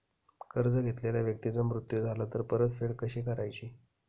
कर्ज घेतलेल्या व्यक्तीचा मृत्यू झाला तर परतफेड कशी करायची?